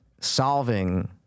solving